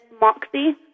Moxie